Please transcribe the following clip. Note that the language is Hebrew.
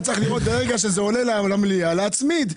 היה צריך לראות וברגע שזה עולה למליאה להצמיד.